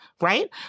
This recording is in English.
right